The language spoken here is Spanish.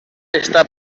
está